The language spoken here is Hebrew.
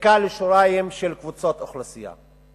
והזריקה לשוליים של קבוצות אוכלוסייה.